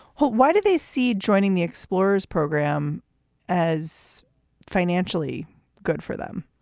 but why did they see joining the explorer's program as financially good for them?